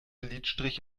lidstrich